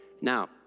Now